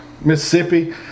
Mississippi